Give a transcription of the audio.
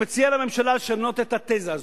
אני מציע לממשלה לשנות את התזה הזאת,